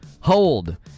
Hold